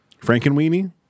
Frankenweenie